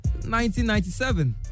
1997